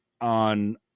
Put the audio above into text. on